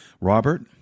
Robert